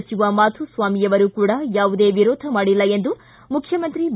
ಸಚಿವ ಮಾಧುಸ್ವಾಮಿಯವರು ಕೂಡ ಯಾವುದೇ ವಿರೋಧ ಮಾಡಿಲ್ಲ ಎಂದು ಮುಖ್ಯಮಂತ್ತಿ ಬಿ